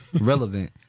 relevant